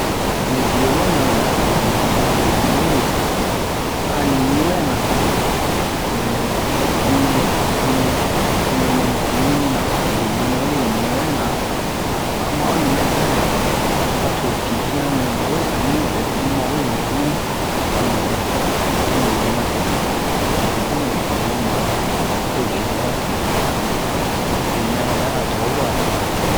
Ni violon yan bɛ'a bebian mu a benɛ we a ni wɛna hu'ine hu'ini hu'inenɛ winina han beɲu nɛ we ni wɛna a wa'o nubeza yan a to ho pipian nɛ ma we ani mu yɛ dɛ tomu ma we nɛ a mu tanu le a tanu le ma tete a bun mɛ famu'a mara ho ho violon ta benɛ yɛrɛ a tubabura be